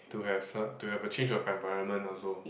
to have a to have a change of environment also